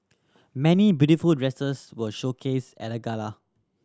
many beautiful dresses were showcased at the gala